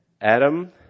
Adam